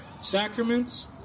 sacraments